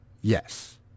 Yes